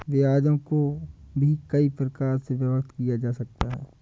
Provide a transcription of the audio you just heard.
ब्याजों को भी कई प्रकार से विभक्त किया जा सकता है